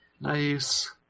Nice